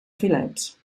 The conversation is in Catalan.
filets